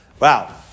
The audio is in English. Wow